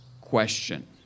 question